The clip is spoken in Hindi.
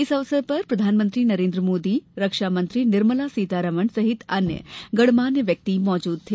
इस अवसर पर प्रधानमंत्री नरेन्द्र मोदी रक्षा मंत्री निर्मला सीतारामन सहित गणमान्य व्यक्ति उपरिथत थे